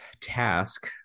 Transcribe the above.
task